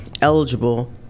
eligible